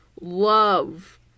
love